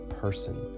person